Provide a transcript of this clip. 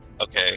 Okay